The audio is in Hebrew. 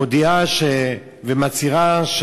מודיעה ומצהירה,